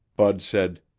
bud said,